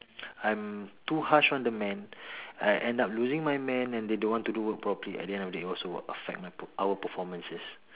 I'm too harsh on the men I end up losing my men and they don't want to do work properly at the end of the day it also will affect my our performances